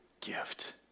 gift